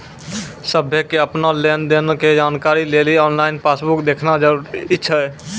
सभ्भे के अपनो लेन देनो के जानकारी लेली आनलाइन पासबुक देखना जरुरी छै